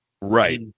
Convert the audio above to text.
right